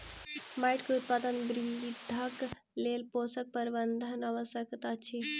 माइट के उत्पादन वृद्धिक लेल पोषक प्रबंधन आवश्यक अछि